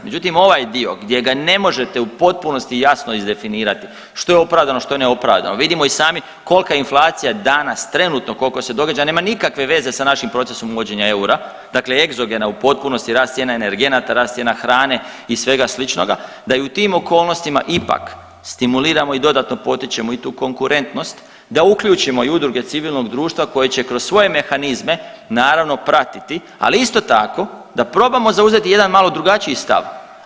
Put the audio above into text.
Međutim, onaj dio gdje ga ne možete u potpunosti jasno izdefinirati što je opravdano, što je neopravdano, vidimo i sami kolika je inflacija danas trenutno, koliko se događa, nema nikakve veze sa našim procesom uvođenja eura, dakle egzogena u potpunosti, rast cijena energenata, rast cijena hrane i svega sličnoga, da u tim okolnostima ipak stimuliramo i dodatno potičemo i tu konkurentnost, da uključimo i udruge civilnog društva koje će kroz svoje mehanizme, naravno, pratiti, ali isto tako, da probamo zauzeti jedan malo drugačiji stav.